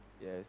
Yes